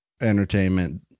entertainment